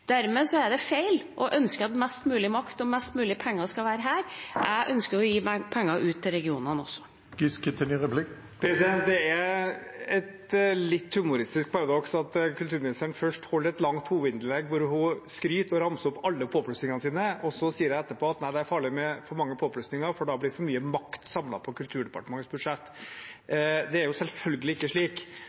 Dermed er det feil å ønske at mest mulig makt og mest mulig penger skal være her. Jeg ønsker å gi penger ut til regionene også. Det er et litt humoristisk paradoks at kulturministeren først holder et langt hovedinnlegg hvor hun skryter av og ramser opp alle påplussingene sine, og så sier hun etterpå at det er farlig med for mange påplussinger, for da blir for mye makt samlet på Kulturdepartementets budsjett. Det er selvfølgelig ikke slik